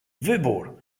wybór